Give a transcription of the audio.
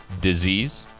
Disease